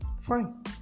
Fine